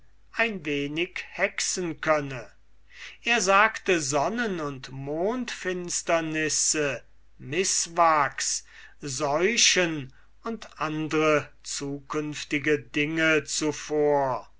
ein wenig hexen könne er sagte sonnen und mondfinsterungen mißwachs seuchen und andre zukünftige dinge zuvor